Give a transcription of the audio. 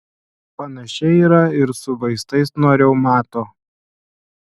panašiai yra ir su vaistais nuo reumato